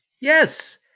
Yes